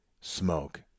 smoke